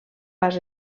pas